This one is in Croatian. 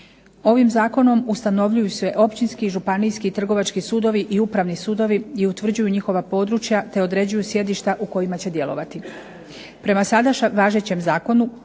Ovim zakonom ustanovljuju se općinski i županijski i trgovački sudovi i upravni sudovi i utvrđuju njihova područja te određuju sjedišta u kojima će djelovati.